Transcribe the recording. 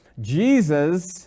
Jesus